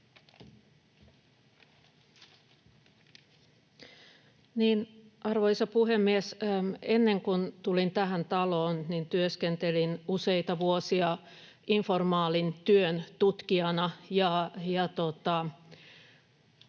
Arvoisa puhemies! Ennen kuin tulin tähän taloon, työskentelin useita vuosia informaalin työn tutkijana,